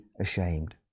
ashamed